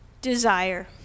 desire